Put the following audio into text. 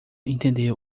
entendeu